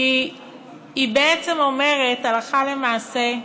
כי היא בעצם אומרת, הלכה למעשה,